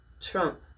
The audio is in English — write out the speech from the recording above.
Trump